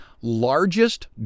largest